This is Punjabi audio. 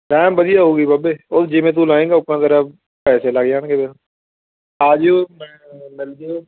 ਰੈਮ ਵਧੀਆ ਹੋਊਗਈ ਬਾਬੇ ਉਹ ਜਿਵੇਂ ਤੂੰ ਲਾਏਂਗਾ ਓਪਨ ਤੇਰਾ ਪੈਸੇ ਲੱਗ ਜਾਣਗੇ ਫੇਰ ਆ ਜਿਓ ਮੈਂ ਮਿਲ ਜਿਓ